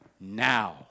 now